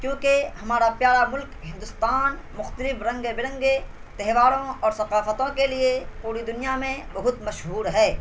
کیوںکہ ہمارا پیارا ملک ہندوستان مختلف رنگ برنگے تہواروں اور ثقافتوں کے لیے پوری دنیا میں بہت مشہور ہے